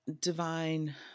divine